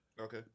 Okay